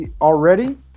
already